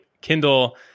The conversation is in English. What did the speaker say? Kindle